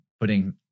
putting